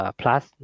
plus